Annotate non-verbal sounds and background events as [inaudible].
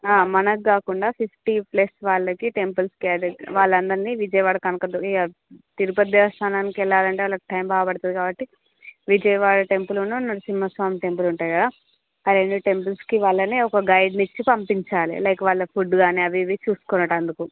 మనకు కాకుండా fifty plus వాళ్ళకి టెంపుల్స్కి [unintelligible] వాళ్ళందరిని విజయవాడ కనకదుర్గ యా తిరుపతి దేవస్థానానికి వెళ్లాలంటే వాళ్ళకి టైమ్ బాగా పడుతుంది కాబట్టి విజయవాడ టెంపులును నరసింహ స్వామి టెంపుల్ ఉంటాయి కదా ఆ రెండు టెంపుల్స్కి వాళ్ళని ఒక గైడ్ని ఇచ్చి పంపించాలి లైక్ వాళ్ళ ఫుడ్ కానీ అవి ఇవి చూసుకునేటందుకు